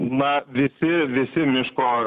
na visi visi miško